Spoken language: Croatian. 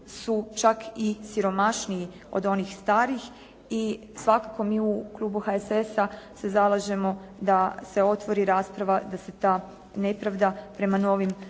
su čak i siromašniji od onih starih i svakako mi u klubu HSS-a se zalažemo da se otvori rasprava da se ta nepravda prema novim